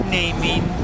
naming